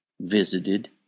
visited